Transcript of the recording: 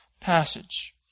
passage